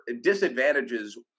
disadvantages